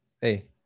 hey